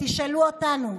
ותשאלו אותנו,